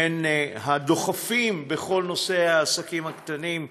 בין הדוחפים בכל נושא העסקים הקטנים,